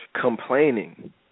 Complaining